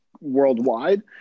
worldwide